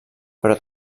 però